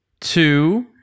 two